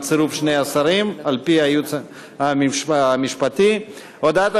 על צירוף שני השרים על פי הייעוץ המשפטי: הודעת